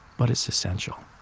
but it's essential.